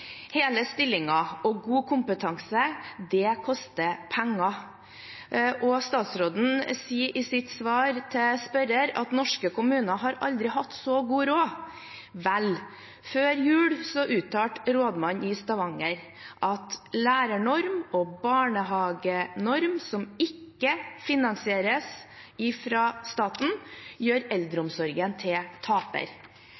Hele stillinger og god kompetanse koster penger. Statsråden sier i sitt svar til spørrer at norske kommuner aldri har hatt så god råd. Vel – før jul uttalte rådmannen i Stavanger at lærernorm og barnehagenorm, som ikke finansieres fra staten, gjør